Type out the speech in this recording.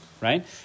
right